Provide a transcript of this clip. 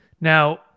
now